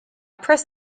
press